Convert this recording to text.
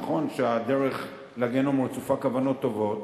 נכון שהדרך לגיהינום רצופה כוונות טובות,